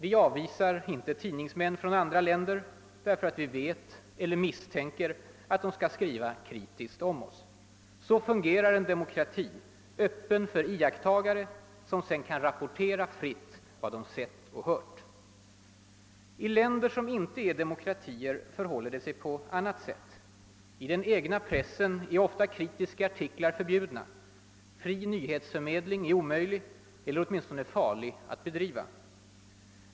Vi avvisar inte tidningsmän från andra länder därför att vi vet eller misstänker att de kommer att skriva kritiskt om oss. Så fungerar en demokrati. Den är öppen för iakttagare, som sedan kan rapportera fritt vad de sett och hört. I länder som inte är demokratier förhåller det sig på annat sätt. I den egna pressen är ofta kritiska artiklar förbjudna. Fri nyhetsförmedling är omöjlig eller åtminstone farlig att bedriva.